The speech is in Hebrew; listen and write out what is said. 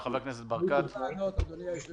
חבר הכנסת ברקת, בבקשה.